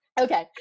Okay